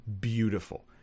beautiful